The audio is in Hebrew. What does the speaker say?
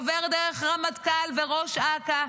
עובר דרך רמטכ"ל וראש אכ"א,